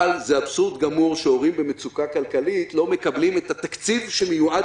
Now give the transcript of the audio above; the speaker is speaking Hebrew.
אבל זה אבסורד גמור שהורים במצוקה כלכלית לא מקבלים את התקציב שמיועד